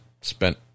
spent